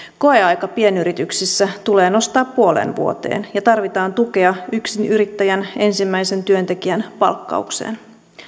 koeaika pienyrityksissä tulee nostaa puoleen vuoteen ja tarvitaan tukea yksinyrittäjän ensimmäisen työntekijän palkkaukseen